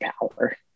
power